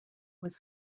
was